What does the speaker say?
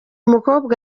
mukobwa